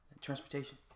transportation